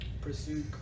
pursue